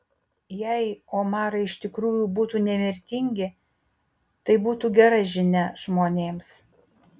jei omarai iš tikrųjų būtų nemirtingi tai būtų gera žinia žmonėms